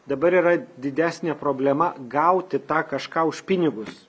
dabar yra didesnė problema gauti tą kažką už pinigus